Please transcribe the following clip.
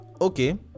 Okay